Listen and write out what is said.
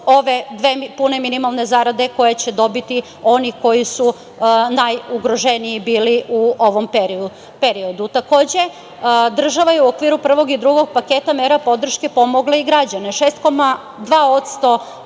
ove dve pune minimalne zarade koje će dobiti oni koji su najugroženiji bili u ovom periodu. Takođe, država je u okviru prvog i drugog paketa mera podrške pomogla i građane, 6,2